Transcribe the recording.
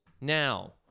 Now